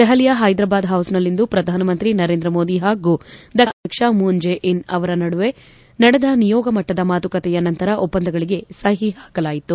ದೆಹಲಿಯ ಹೈದ್ರಾಬಾದ್ ಹೌಸ್ನಲ್ಲಿ ಪ್ರಧಾನಮಂತ್ರಿ ನರೇಂದ್ರ ಮೋದಿ ಹಾಗೂ ದಕ್ಷಿಣ ಕೊರಿಯಾ ಅಧ್ಯಕ್ಷ ಮೂನ್ ಜೆ ಇನ್ ಅವರ ನಡುವಣ ನಡೆದ ನಿಯೋಗ ಮಟ್ಟದ ಮಾತುಕತೆಯ ನಂತರ ಒಪ್ಪಂದಗಳಿಗೆ ಸಹಿ ಹಾಕಲಾಯಿತು